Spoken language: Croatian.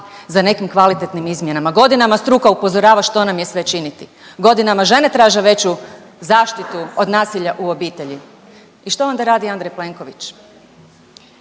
za nekim kvalitetnim izmjenama, godinama struka upozorava što nam je sve činiti, godinama žene traže veću zaštitu od nasilja u obitelji i što onda radi Andrej Plenković?